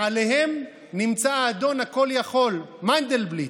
מעליהם נמצא האדון הכל-יכול מנדלבליט,